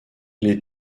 les